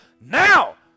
now